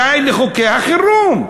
די לחוקי החירום.